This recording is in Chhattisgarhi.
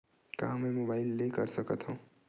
का मै मोबाइल ले कर सकत हव?